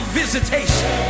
visitation